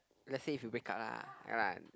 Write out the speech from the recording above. let's say if you break up lah ya lah